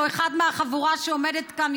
או אחד מהחבורה שעומדת כאן,